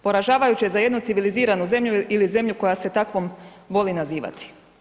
Poražavajuće za jednu civiliziranu zemlju ili zemlju koja se takvom voli nazivati.